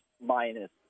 minus